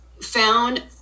found